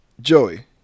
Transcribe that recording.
Joey